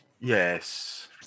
Yes